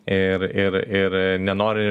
ir ir ir nenori